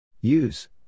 use